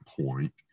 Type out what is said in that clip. point